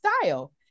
style